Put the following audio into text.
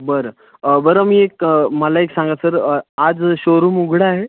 बरं बरं मी एक मला एक सांगा सर आज शोरूम उघडं आहे